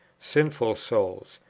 sinful souls,